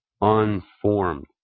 unformed